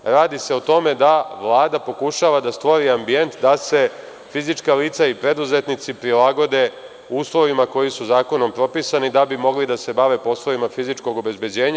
Radi se o tome da Vlada pokušava da stvori ambijent da se fizička lica i preduzetnici prilagode uslovima koji su zakonom propisani da bi mogli da se bave poslovima fizičkog obezbeđenja.